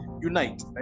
unite